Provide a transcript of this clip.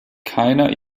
keiner